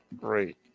great